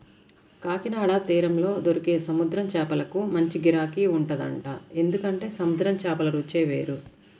కాకినాడ తీరంలో దొరికే సముద్రం చేపలకు మంచి గిరాకీ ఉంటదంట, ఎందుకంటే సముద్రం చేపల రుచే వేరు